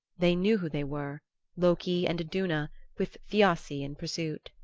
they knew who they were loki and iduna with thiassi in pursuit.